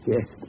Yes